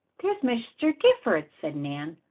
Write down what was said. there is mr. gifford, said nan.